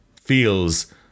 feels